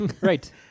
Right